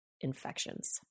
infections